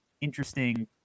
interesting